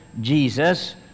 Jesus